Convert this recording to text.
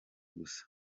gusa